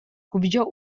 kubyo